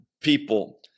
people